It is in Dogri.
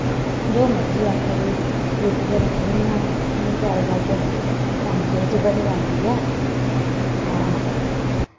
जो मर्जी आखै कोई रुट्टियै दा केह् बनाना हून ते अजकल्ल ते मैंटे च बनी जंदी ऐ हां